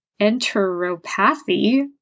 enteropathy